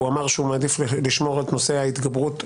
הוא אמר שהוא מעדיף לשמור את נושא ההתגברות להמשך.